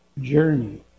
journey